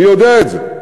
אני יודע את זה.